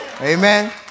Amen